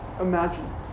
imagine